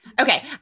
okay